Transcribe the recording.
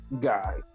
guy